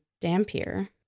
Dampier